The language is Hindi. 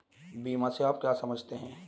बीमा से आप क्या समझते हैं?